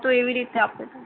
તો એવી રીતે આપી દો